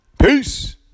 Peace